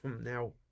now